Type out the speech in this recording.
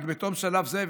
רק בתום שלב זה,